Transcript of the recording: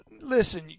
Listen